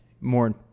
more